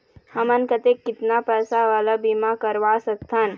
हमन कतेक कितना पैसा वाला बीमा करवा सकथन?